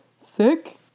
Sick